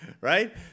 right